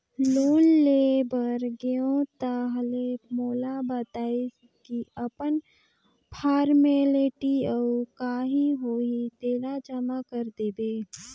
loan ले बर गेंव ताहले मोला बताइस की अपन फारमेलटी अउ काही होही तेला जमा कर देबे